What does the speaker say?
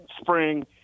spring